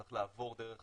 צריך לעבור דרך